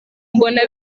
mbona